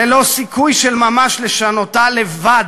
ללא סיכוי של ממש לשנותה לבד,